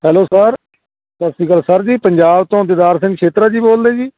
hello sir ਸਤਿ ਸ਼੍ਰੀ ਅਕਾਲ ਸਰ ਜੀ ਪੰਜਾਬ ਤੋਂ ਦੀਦਾਰ ਸਿੰਘ ਛੇਤਰਾ ਜੀ ਬੋਲਦੇ ਜੀ